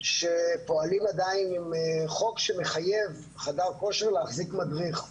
שפועלים עדיין עם חוק שמחייב חדר כושר להחזיק מדריך.